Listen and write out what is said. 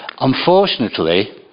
unfortunately